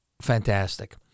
fantastic